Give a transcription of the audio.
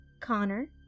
Connor